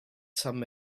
some